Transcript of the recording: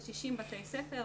כ-60 בתי ספר,